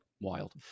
wild